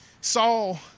Saul